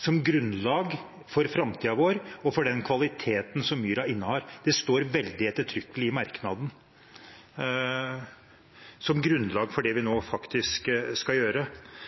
som grunnlag for framtiden vår og for den kvaliteten som myra innehar. Det står veldig ettertrykkelig i merknaden, som grunnlag for det vi nå skal gjøre.